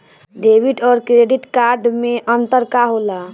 Debit और credit card मे अंतर का होला?